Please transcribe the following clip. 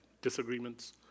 Disagreements